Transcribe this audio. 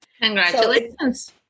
congratulations